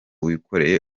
wikoreye